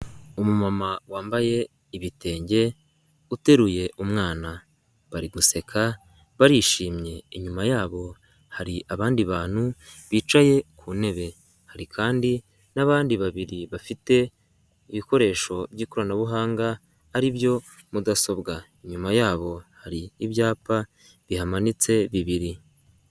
Umumama wambaye ibitenge uteruye umwana, bari guseka barishimye, inyuma yabo hari abandi bantu bicaye ku ntebe, hari kandi n'abandi babiri bafite ibikoresho by'ikoranabuhanga ari byo mudasobwa, inyuma yabo hari ibyapa bihamanitse bibiri.